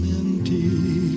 empty